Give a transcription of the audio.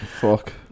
fuck